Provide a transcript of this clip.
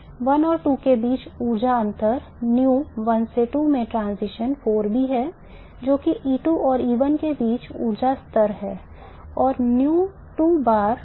1 और 2 के बीच ऊर्जा स्तर 1 से 2 में transition 4B है जो कि E2 और E1 के बीच ऊर्जा अंतर है